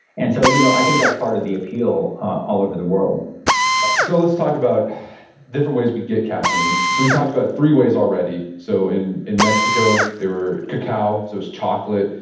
and so, you know i think that's part of the appeal all over the world so let's talk about different ways we get caffeine. so we've talked about three ways already. so in in mexico, they were cacao, so it was chocolate.